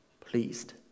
pleased